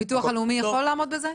הביטוח הלאומי יכול לעמוד בזה?